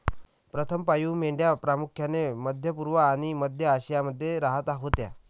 प्रथम पाळीव मेंढ्या प्रामुख्याने मध्य पूर्व आणि मध्य आशियामध्ये राहत होत्या